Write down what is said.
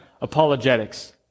apologetics